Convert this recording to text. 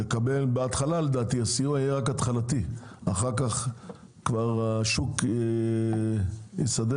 לדעתי הסיוע יהיה רק התחלתי ואחר כך השוק כבר יסדר